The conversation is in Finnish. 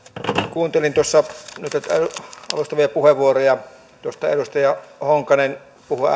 kuuntelin tuossa nyt näitä alustavia puheenvuoroja tuossa edustaja honkonen puhui